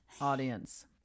audience